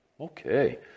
Okay